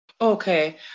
Okay